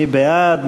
מי בעד?